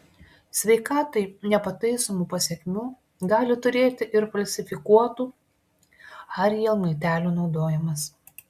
sveikatai nepataisomų pasekmių gali turėti ir falsifikuotų ariel miltelių naudojimas